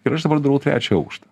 ir aš dabar darau trečią aukštą